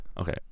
okay